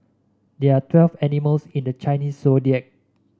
there are twelve animals in the Chinese Zodiac